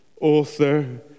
author